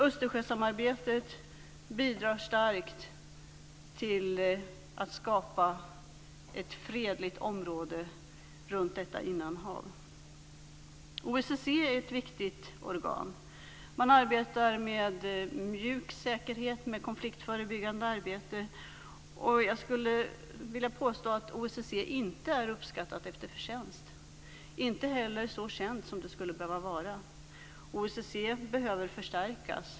Östersjösamarbetet bidrar starkt till att skapa ett fredligt område runt detta innanhav. OSSE är ett viktigt organ. Man arbetar med mjuk säkerhet, med konfliktförebyggande arbete. Jag skulle vilja påstå att OSSE inte är uppskattat efter förtjänst, inte heller är så känt som det skulle behöva vara. OSSE behöver förstärkas.